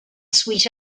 sweet